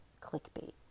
clickbait